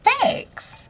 Thanks